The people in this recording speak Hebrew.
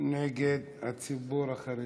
נגד הציבור החרדי.